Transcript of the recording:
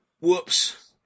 Whoops